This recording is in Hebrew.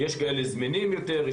יש כאלה זמינים יותר,